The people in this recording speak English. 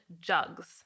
jugs